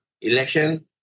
election